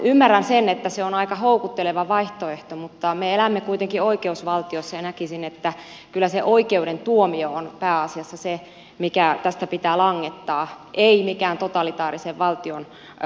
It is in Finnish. ymmärrän sen että se on aika houkutteleva vaihtoehto mutta me elämme kuitenkin oikeusvaltiossa ja näkisin että kyllä se oikeuden tuomio on pääasiassa se mikä tästä pitää langettaa ei mikään totalitaarisen valtion häpeäpaalu